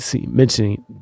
mentioning